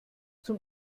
zum